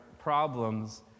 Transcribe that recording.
problems